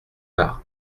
par